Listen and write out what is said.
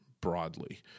broadly